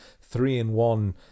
three-in-one